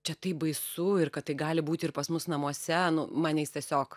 čia taip baisu ir kad tai gali būti ir pas mus namuose nu mane jis tiesiog